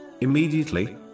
immediately